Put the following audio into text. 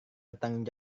bertanggung